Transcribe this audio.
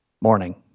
Morning